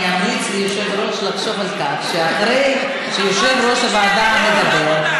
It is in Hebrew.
אני אמליץ ליושב-ראש לחשוב על כך שאחרי שיושב-ראש הוועדה מדבר,